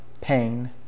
pain